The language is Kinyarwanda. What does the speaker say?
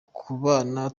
kubana